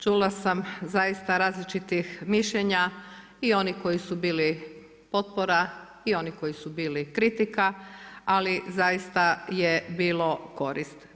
Čula sam zaista različitih mišljenja i onih koji su bili potpora i onih koji su bili kritika ali zaista je bilo korist.